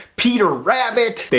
peter rabbit. they